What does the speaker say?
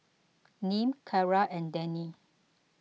Nim Cara and Denny